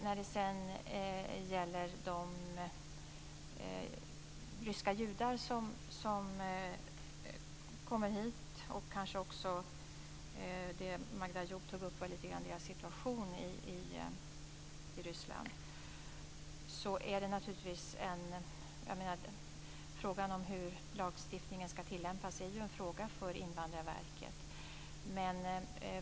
När det gäller de ryska judar som kommer hit och vilkas situation i Ryssland Magda Ayoub tog upp är frågan hur lagstiftningen ska tillämpas en fråga för Invandrarverket.